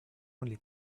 only